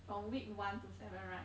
from week one to seven right